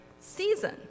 season